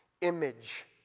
image